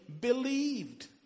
believed